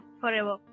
forever